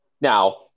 now